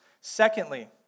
Secondly